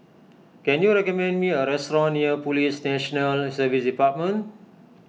can you recommend me a restaurant near Police National Service Department